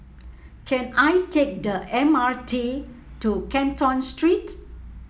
can I take the M R T to Canton Street